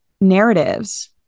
narratives